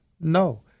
No